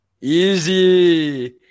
Easy